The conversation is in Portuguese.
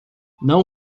não